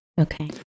Okay